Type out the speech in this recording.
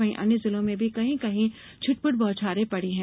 वहीं अन्य जिलों में भी कहीं कहीं छिटपुट बौछारें पड़ी हैं